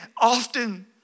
often